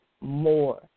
more